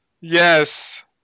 Yes